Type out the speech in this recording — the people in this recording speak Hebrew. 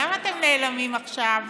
למה אתם נעלמים עכשיו?